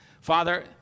Father